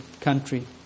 country